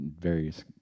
various